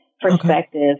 perspective